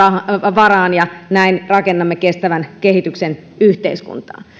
varaan ja näin rakennamme kestävän kehityksen yhteiskuntaa